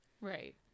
Right